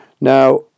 Now